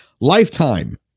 lifetime